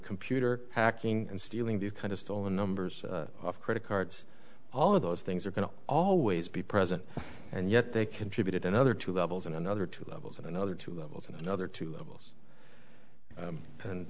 computer hacking and stealing these kind of stolen numbers of credit cards all of those things are going to always be present and yet they contributed another two levels and another two levels and another two levels and another two levels